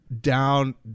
down